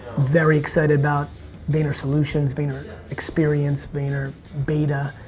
very excited about vayner solutions, vayner experience, vayner beta,